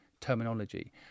terminology